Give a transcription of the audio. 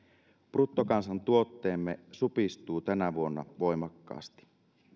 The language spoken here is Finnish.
bruttokansantuotteemme supistuu tänä vuonna voimakkaasti